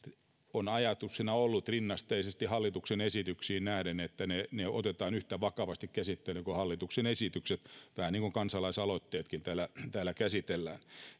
on ollut rinnasteisesti hallituksen esityksiin nähden ja että ne ne otetaan yhtä vakavasti käsittelyyn kuin hallituksen esitykset vähän niin kuin kansalaisaloitteetkin täällä täällä käsitellään